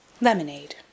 Lemonade